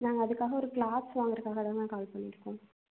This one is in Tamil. நாங்கள் அதுக்காக ஒரு க்ளாத் வாங்கிறதுக்காக தான் மேம் கால் பண்ணியிருக்கோம்